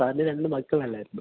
സാർന് രണ്ട് മക്കളല്ലായിരുന്നോ